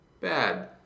bad